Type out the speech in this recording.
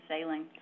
sailing